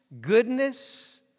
goodness